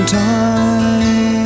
time